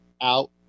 out